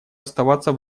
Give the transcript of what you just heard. оставаться